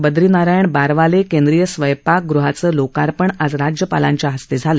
बद्रीनारायण बारवाले केंद्रीय स्वयंपाक गृहाचं लोकार्पण आज राज्यपालांच्या हस्ते झालं